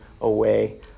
away